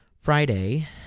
Friday